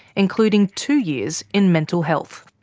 including two years in mental health.